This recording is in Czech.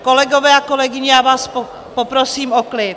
Kolegové a kolegyně, já vás poprosím o klid.